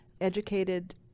educated